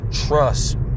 trust